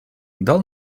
дал